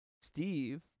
Steve